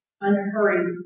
unhurried